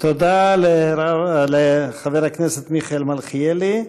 תודה לחבר הכנסת מיכאל מלכיאלי.